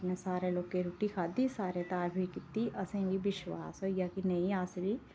ते मेरी सारें लोकें रुट्टी खाद्धी ते तारीफ कीती ते असेंगी बी विश्वास होइया की नेईं अस बी